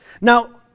Now